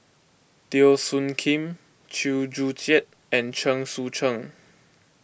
Teo Soon Kim Chew Joo Chiat and Chen Sucheng